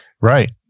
Right